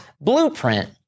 blueprint